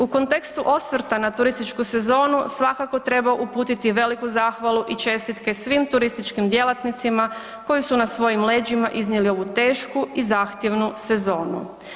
U kontekstu osvrta na turističku sezonu, svakako treba uputiti veliku zahvalu i čestitke svim turističkim djelatnicima koji su na svojim leđima iznijeli ovu tešku i zahtjevnu sezonu.